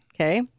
Okay